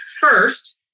First